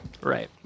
Right